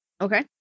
Okay